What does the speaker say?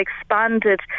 expanded